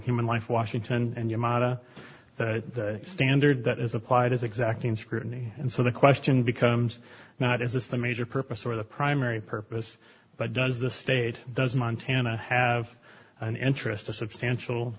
human life washington and you mata the standard that is applied is exacting scrutiny and so the question becomes not is this the major purpose or the primary purpose but does the state does montana have an interest a substantial